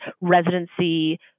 residency